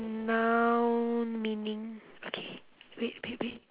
noun meaning okay wait wait wait